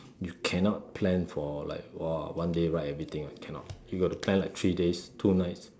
you cannot plan for like !wah! one day ride everything one cannot you got to plan like three days two nights